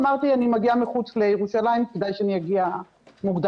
אמרתי שאני מגיעה מחוץ לירושלים וכדאי שאני אגיע מוקדם.